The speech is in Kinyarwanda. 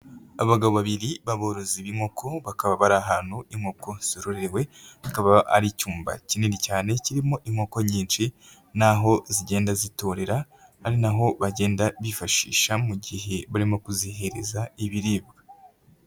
Abagabo babiri b'aborozi b'inkoko bakaba bari ahantu inkoko zororewe, akaba ari icyumba kinini cyane kirimo inkoko nyinshi n'aho zigenda zitorera, hari n'aho bagenda bifashisha mu gihe barimo kuzihiriza ibiribwa.